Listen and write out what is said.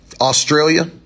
Australia